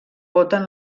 voten